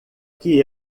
que